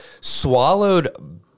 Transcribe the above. swallowed